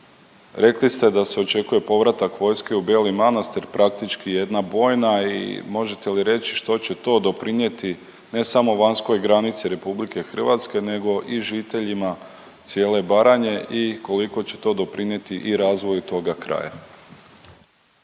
Rekli ste da se očekuje povratak vojske u Beli Manastir, praktički jedna bojna i možete li reći što će to doprinijeti ne samo vanjskoj granici RH nego i žiteljima cijele Baranje i koliko će to doprinijeti i razvoju toga kraja.